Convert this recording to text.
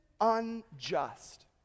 unjust